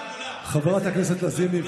חברת הכנסת נעמה לזימי.